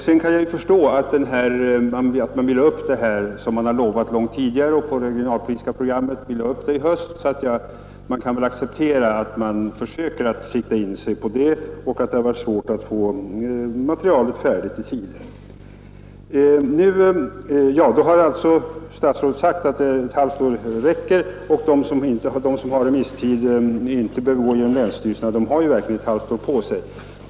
Jag kan förstå att man vill föra upp den regionalpolitiska frågan till behandling i höst. Därför får vi väl acceptera att departementet försöker sikta in sig på det trots att det varit svårt att få materialet färdigt i tid. Statsrådet har ju sagt att ett halvt år räcker, och de remissinstanser som inte behöver gå via länsstyrelserna har faktiskt ett halvt år på sig.